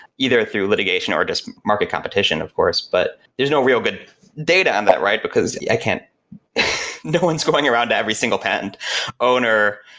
either through litigation or just market competition, of course. but there's no real good data on that, right? because i can't no one's going around to every single patent owner,